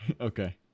Okay